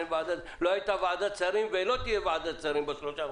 לא הייתה ועדת שרים ולא תהיה ועדת שרים שלושה,